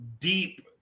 deep